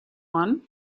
one